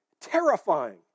terrifying